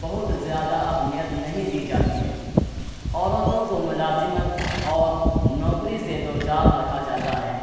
بہت زیادہ اہمیت نہیں دی جاتی ہے عورتوں کو ملازمت اور نوکری سے دوچار رکھا جاتا ہے